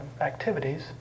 activities